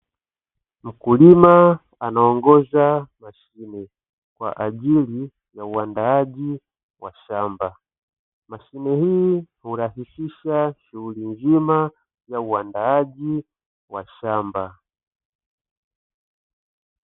Mkulima anaongoza mashine kwa ajili ya uandaaji wa shamba, mashine hii hurahisisha shughuli nzima ya uandaaji wa shamba.